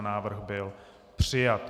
Návrh byl přijat.